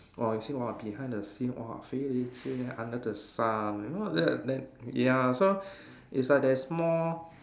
!whoa! you see !whoa! behind the scene !whoa! very leceh ah under the sun you know then then ya so it's like there's more